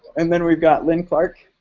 and then we've got lin clark.